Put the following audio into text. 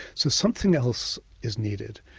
so something else is needed.